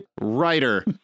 writer